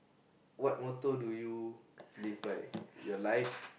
what motto do you live by your life